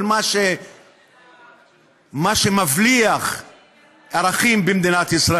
האופייני שלכם אל עבר כל מה שמבליח ערכים במדינת ישראל.